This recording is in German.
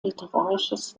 literarisches